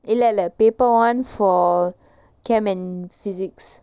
இல்ல இல்ல:illa illa paper one for chemistry and physics